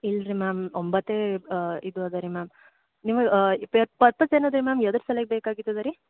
ಇಲ್ರಿ ಮ್ಯಾಮ್ ಒಂಬತ್ತೇ ಇದು ಅದ ರೀ ಮ್ಯಾಮ್ ನಿಮಗೆ ಇಪ್ ಪತ್ ಮ್ಯಾಮ್ ಯದಕ್ಕೆ ಸಲ್ವಾಗ್ ಬೇಕಾಗಿದೆ ರೀ